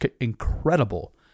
incredible